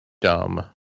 dumb